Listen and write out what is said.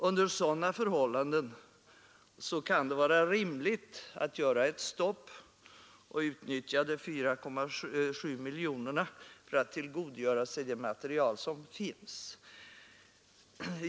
Under sådana förhållanden kan det vara rimligt att stoppa uppgiftsinsamlingen och att utnyttja de 4,7 miljonerna för att tillgodogöra sig det material som finns.